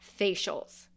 facials